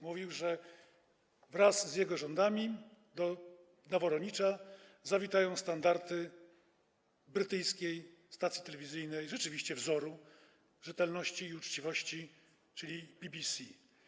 Mówił, że wraz z jego rządami na Woronicza zawitają standardy brytyjskiej stacji telewizyjnej, rzeczywiście wzoru rzetelności i uczciwości, czyli BBC.